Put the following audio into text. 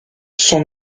son